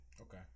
okay